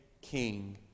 king